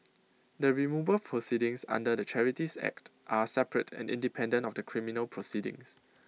the removal proceedings under the charities act are separate and independent of the criminal proceedings